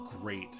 great